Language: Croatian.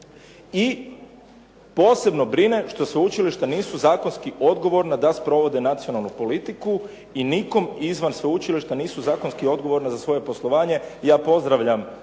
I posebno brine što sveučilišta nisu zakonski odgovorna da sprovode nacionalnu politiku i nikom izvan sveučilišta nisu zakonski odgovorna za svoje poslovanje. Ja pozdravljam